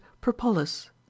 Propolis